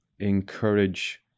encourage